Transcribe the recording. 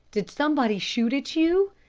did somebody shoot at you?